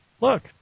look